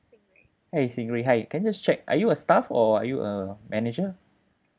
hey sing rui hi can I just check are you a staff or are you a manager